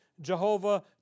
Jehovah